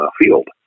field